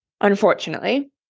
unfortunately